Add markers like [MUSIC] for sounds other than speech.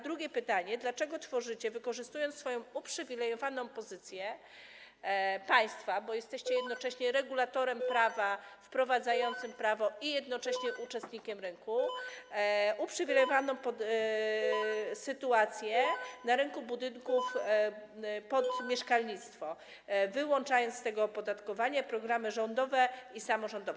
Drugie pytanie: Dlaczego tworzycie, wykorzystując swoją uprzywilejowaną pozycję, państwa, [NOISE] bo jesteście regulatorem prawa wprowadzającym prawo i jednocześnie uczestnikiem rynku, sytuację uprzywilejowania na rynku budynków pod mieszkalnictwo, wyłączając z tego opodatkowania programy rządowe i samorządowe?